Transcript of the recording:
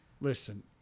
listen